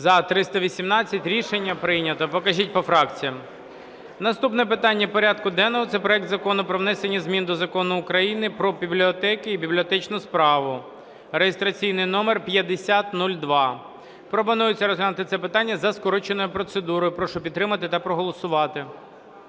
За-318 Рішення прийнято. Покажіть по фракціях. Наступне питання порядку денного – це проект Закону про внесення змін до Закону України "Про бібліотеки і бібліотечну справу" (реєстраційний номер 5002). Пропонується розглянути це питання за скороченою процедурою. Прошу підтримати та проголосувати.